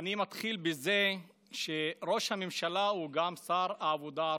אני מתחיל בזה שראש הממשלה הוא גם שר העבודה והרווחה.